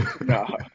No